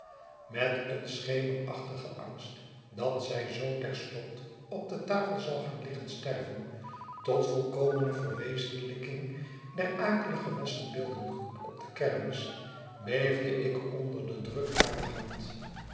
met een schemerachtigen angst dat zij zoo terstond op de tafel zou gaan liggen sterven tot volkomene verwezenlijking der akelige wassenbeeldengroep op de kermis beefde ik onder den druk harer hand